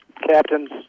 Captains